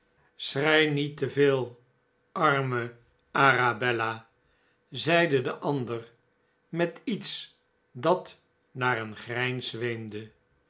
schrei niet te veel arme arabella zeide de ander met iets dat naar een grijns zweemde